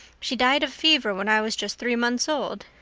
she died of fever when i was just three months old.